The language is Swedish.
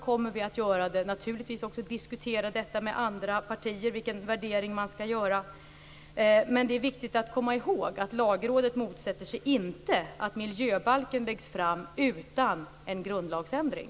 Naturligtvis kommer också detta, och vilken värdering man skall göra, att diskuteras med andra partier. Men det är viktigt att komma ihåg att Lagrådet inte motsätter sig att miljöbalken läggs fram utan en grundlagsändring.